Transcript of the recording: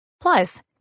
Plus